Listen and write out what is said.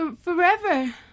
forever